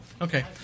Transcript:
Okay